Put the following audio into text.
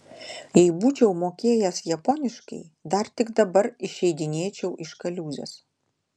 jei būčiau mokėjęs japoniškai dar tik dabar išeidinėčiau iš kaliūzės